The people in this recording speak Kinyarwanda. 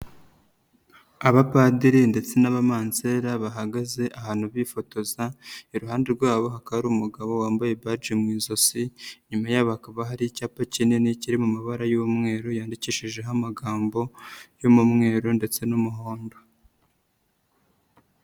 Abapadiri ndetse n'abamansera, bahagaze ahantu bifotoza, iruhande rwabo hakaba ari umugabo wambaye baji mu ijosi, inyuma yabo hakaba hari icyapa kinini kiri mu mabara y'umweru, yandikishijeho amagambo y'umweru ndetse n'umuhomba.